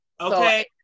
okay